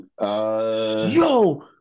Yo